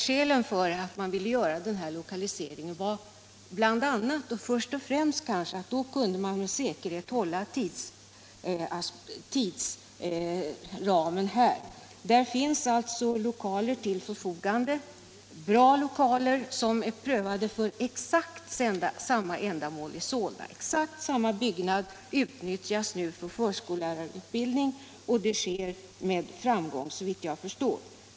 Skälen för att man Tisdagen den ville göra den här lokaliseringen var kanske först och främst att man 15 mars 1977 då med säkerhet kunde hålla tidsramen. — 2! Där finns alltså lokaler till förfogande — bra lokaler som är prövade Om förskollärarutför exakt samma ändamål. Samma byggnad utnyttjas nu för förskol = bildningen i lärarutbildning, och det sker med framgång, såvitt jag förstår.